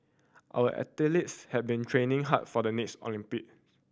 our athletes have been training hard for the next Olympics